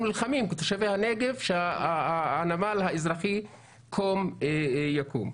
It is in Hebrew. נלחמים כתושבי הנגב שהנמל האזרחי קום יקום.